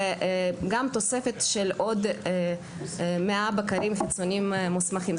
וגם תוספת של עוד 100 בקרים חיצונים מוסמכים.